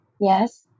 Yes